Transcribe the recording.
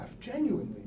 genuinely